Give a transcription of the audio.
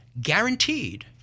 guaranteed